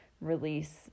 release